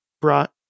brought